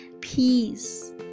peace